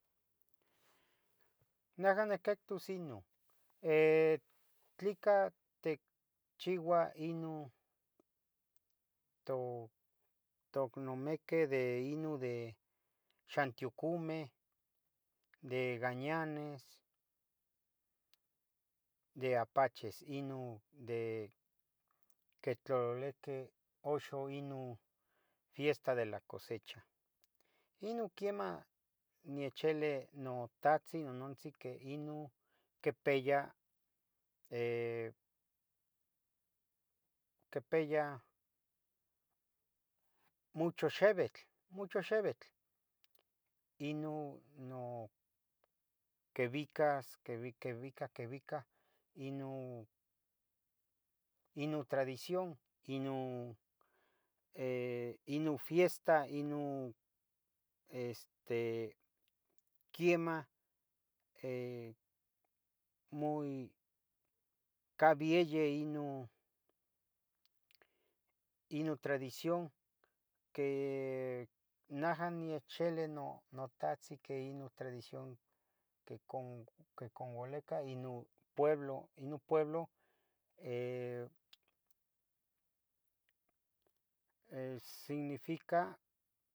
Naga niccactus Inun tleca ticchiuah inon tocnomequeh de ino xantiocomeh de gañanes de apaches inon quetorolequeh oxu inon Fiesta de La Cosecha inon quemah niechelih notahtzin nonantzin que inon quepeya quepeya mucho xevetl, mucho xevetl inon quevica quevicas inon tradicción inon fiesta inon quemah cavieye inon tradicción que naja onechilve notahtzin que inon tradicicon que coualica nopueblo significa